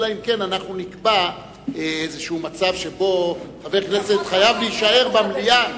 אלא אם כן אנחנו נקבע מצב שבו חבר הכנסת חייב להישאר במליאה.